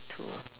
to